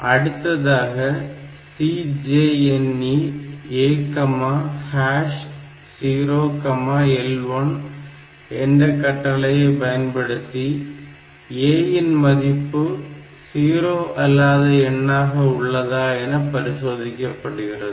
அடுத்ததாக CJNE A0L1 என்ற கட்டளையை பயன்படுத்தி A இன் மதிப்பு 0 அல்லாத எண்ணாக உள்ளதா என பரிசோதிக்கப்படுகிறது